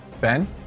Ben